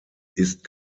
ist